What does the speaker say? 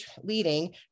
leading